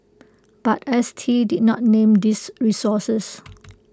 but S T did not name these sources